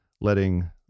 letting